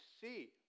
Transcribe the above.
see